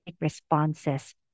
responses